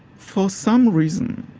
for some reason,